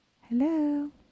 Hello